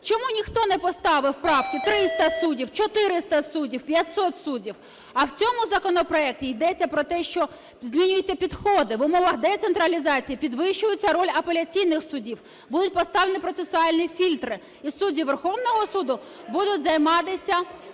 Чому ніхто не поставив правки - 300 суддів, 400 суддів, 500 суддів? А в цьому законопроекті йдеться про те, що змінюються підходи в умовах децентралізації, підвищується роль апеляційних судів, будуть поставлені процесуальні фільтри і судді Верховного Суду будуть займатися